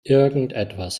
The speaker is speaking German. irgendetwas